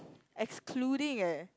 excluding eh